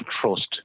trust